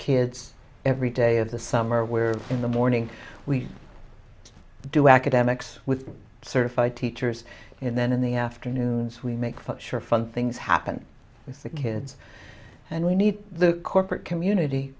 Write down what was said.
kids every day of the summer where in the morning we do academics with certified teachers and then in the afternoons we make such sure fun things happen with the kids and we need the corporate community